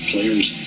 Players